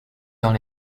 dans